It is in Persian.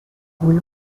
گول